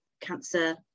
cancer